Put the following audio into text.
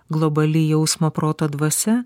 globali jausmo proto dvasia